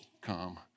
come